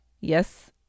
yes